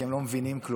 כי הם לא מבינים כלום: